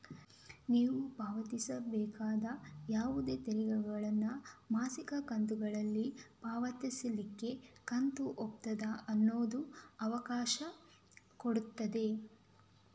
ನೀವು ಪಾವತಿಸಬೇಕಾದ ಯಾವುದೇ ತೆರಿಗೆಗಳನ್ನ ಮಾಸಿಕ ಕಂತುಗಳಲ್ಲಿ ಪಾವತಿಸ್ಲಿಕ್ಕೆ ಕಂತು ಒಪ್ಪಂದ ಅನ್ನುದು ಅವಕಾಶ ಕೊಡ್ತದೆ